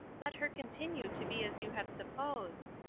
let her continue to be as you have supposed,